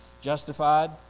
justified